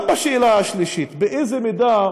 גם בשאלה השלישית, באיזו מידה